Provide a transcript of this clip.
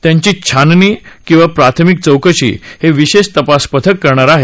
त्यांची छाननी किंवा प्राथमिक चौकशी हे विशेष तपास पथक करणार आहे